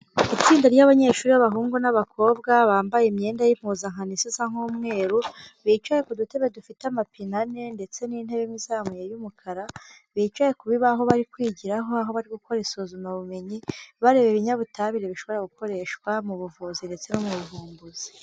Itsinda ry'abanyeshuri b'abahungu n'abakobwa bambaye imyenda y'impuzankano isa nk'umweru, bicaye ku dutebe dufite amapine ane, ndetse n'intebe imwe izamuye y'umukara. Bicaye ku bibaho bari kwigiraho nk'aho bari gukora isuzumabumenyi. Bareba ibinyabutabire bishobora gukoreshwa mu buvuzi ndetse no mu buvumbuzi.